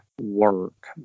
work